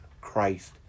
Christ